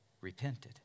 repented